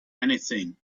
anything